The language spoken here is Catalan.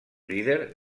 líder